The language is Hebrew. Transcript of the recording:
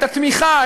את התמיכה,